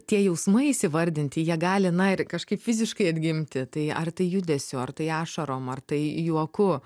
tie jausmai įsivardinti jie gali na ir kažkaip fiziškai atgimti tai ar tai judesiu ar tai ašarom ar tai juoku